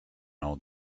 old